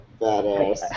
badass